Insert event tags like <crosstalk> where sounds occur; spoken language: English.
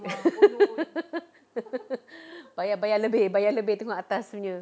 <laughs> bayar bayar lebih bayar lebih tengok atas punya